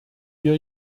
wir